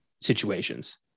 situations